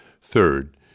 third